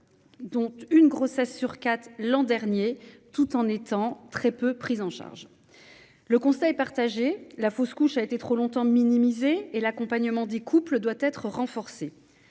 une grossesse sur quatre l'an dernier, tout en étant très peu pris en charge. Le constat est partagé : la fausse couche a été trop longtemps minimisée et l'accompagnement des couples doit être renforcé.